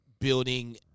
building